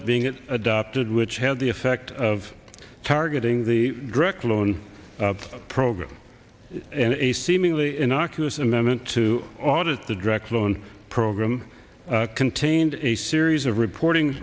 up being adopted which had the effect of targeting the direct loan program and a seemingly innocuous amendment to audit the direct loan program contained a series of reporting